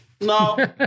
No